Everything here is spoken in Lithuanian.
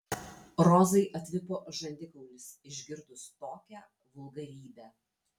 rozai atvipo žandikaulis išgirdus tokią vulgarybę